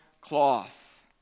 cloth